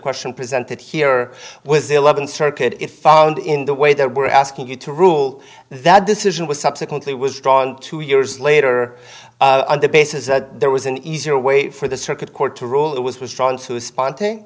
question presented here was eleven circuit it found in the way they were asking it to rule that decision was subsequently was drawn two years later on the basis that there was an easier way for the circuit court to rule that was was trying to sp